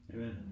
Amen